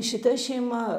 šita šeima